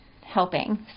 helping